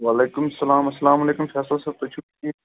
وعلیکُم سلام اسلام علیکُم فیصل صٲب تُہۍ چھِو ٹھیٖک